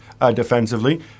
defensively